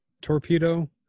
torpedo